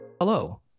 Hello